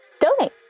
donate